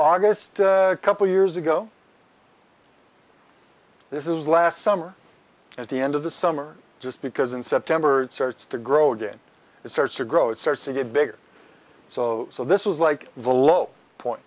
august couple years ago this is last summer at the end of the summer just because in september starts to grow didn't it starts to grow it starts to get bigger so so this was like the low point